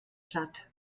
platt